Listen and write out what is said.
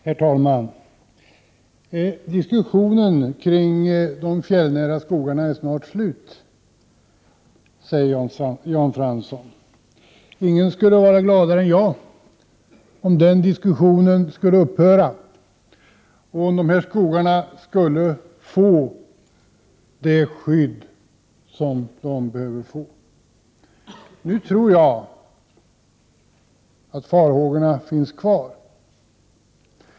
Herr talman! Jan Fransson säger att diskussionen kring de fjällnära skogarna snart är slut. Ingen skulle vara gladare än jag om den diskussionen skulle upphöra och om skogarna skulle få det skydd de behöver. Jag tror att farhågorna finns kvar.